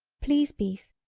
please beef,